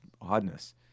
oddness